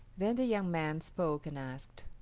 then the young man spoke and asked,